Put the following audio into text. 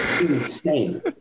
Insane